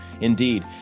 Indeed